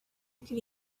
could